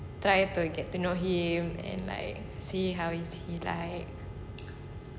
try to get to know him and like see how is he like